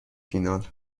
فینال